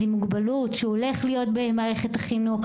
עם מוגבלות שהולך להיות במערכת החינוך,